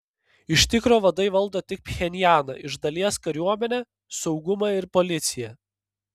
iš tikro vadai valdo tik pchenjaną iš dalies kariuomenę saugumą ir policiją